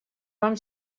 van